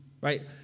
right